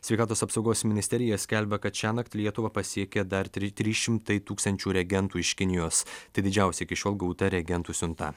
sveikatos apsaugos ministerija skelbia kad šiąnakt lietuvą pasiekė dar tri trys šimtai tūkstančių reagentų iš kinijos tai didžiausia iki šiol gauta reagentų siunta